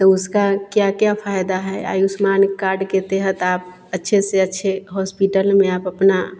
तो उसका क्या क्या फायदा है आयुष्मान कार्ड के तहत आप अच्छे से अच्छे होस्पिटल में आप अपना